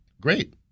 great